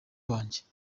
wanjye